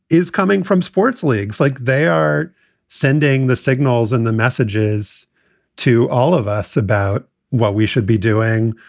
is coming from sports leagues like they are sending the signals and the messages to all of us about what we should be doing,